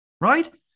right